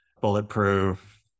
bulletproof